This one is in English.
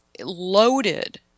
loaded